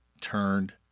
Turned